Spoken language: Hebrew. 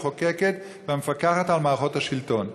המחוקקת והמפקחת על מערכות השלטון.